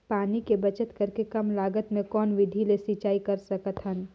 पानी के बचत करेके कम लागत मे कौन विधि ले सिंचाई कर सकत हन?